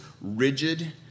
rigid